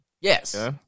Yes